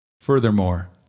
Furthermore